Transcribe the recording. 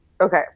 Okay